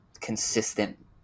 consistent